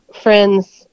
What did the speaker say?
friends